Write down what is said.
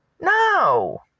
no